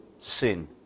sin